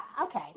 okay